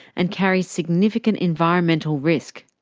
and carries significant environmental risk.